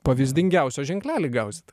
pavyzdingiausio ženklelį gausit